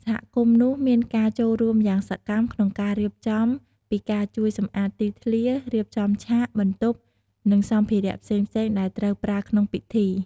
សហគមន៍នោះ មានការចូលរួមយ៉ាងសកម្មក្នុងការរៀបចំ ពីការជួយសម្អាតទីធ្លា រៀបចំឆាក បន្ទប់ និងសម្ភារៈផ្សេងៗដែលត្រូវប្រើក្នុងពិធី។